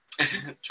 True